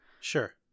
Sure